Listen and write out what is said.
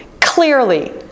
clearly